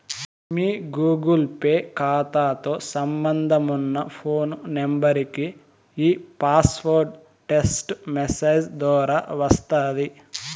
మీ Google Pay కాతాతో సంబంధమున్న phone నెంబరికి ఈ పాస్వార్డు టెస్టు మెసేజ్ దోరా వస్తాది